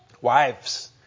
Wives